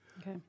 Okay